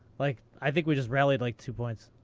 like, i think we just rallied like two points.